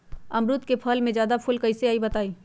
अमरुद क फल म जादा फूल कईसे आई बताई?